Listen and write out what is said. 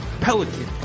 Pelican